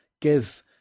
give